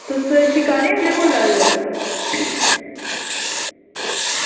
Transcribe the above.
तुस शिकारे आह्ले बोल्ला दे ओ